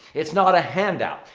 it's not a handout.